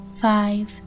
five